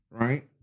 right